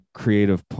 creative